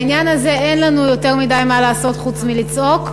בעניין הזה אין לנו יותר מדי מה לעשות חוץ מלצעוק,